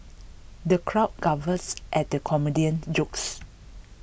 the crowd guffaws at the comedian's jokes